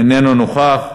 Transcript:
איננו נוכח.